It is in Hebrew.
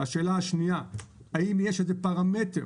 השאלה השנייה היא האם יש איזה פרמטר